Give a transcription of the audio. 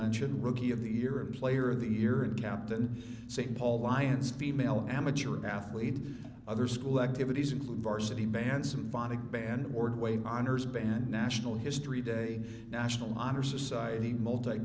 mention rookie of the year player of the year and captain saint paul lions female amateur athlete other school activities include varsity band some phonic band ordway honors band national history day national honor society